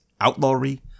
Outlawry